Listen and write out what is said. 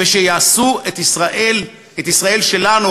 ויעשו את ישראל שלנו,